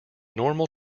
normal